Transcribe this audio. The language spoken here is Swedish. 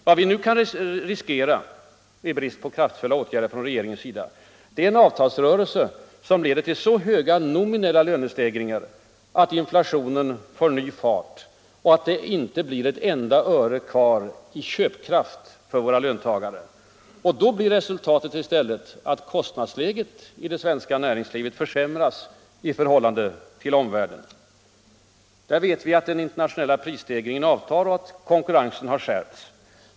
Vad vi nu kan riskera i brist på kraftfulla åtgärder från regeringens sida är en avtalsrörelse som leder till så höga nominella lönestegringar att inflationen får ny fart och att det inte blir ett enda öre över i köpkraft för våra löntagare. Då blir i stället resultatet att kostnadsläget i det svenska näringslivet försämras i förhållande till omvärlden. Vi vet att den internationella prisstegringen avtar och att konkurrensen har skärpts.